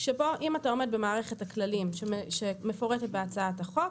שבו אם אתה עומד במערכת הכללים שמפורטת בהצעת החוק,